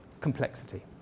complexity